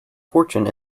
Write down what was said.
fortune